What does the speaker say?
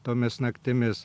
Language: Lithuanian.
tomis naktimis